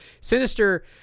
Sinister